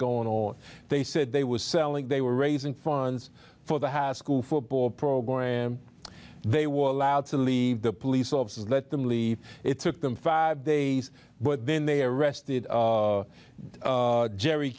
going or they said they were selling they were raising funds for the hass school football program they were allowed to leave the police officers let them leave it took them five days but then they arrested